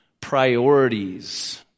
priorities